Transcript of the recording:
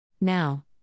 Now